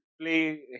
play